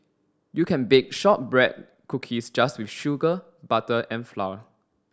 you can bake shortbread cookies just with sugar butter and flour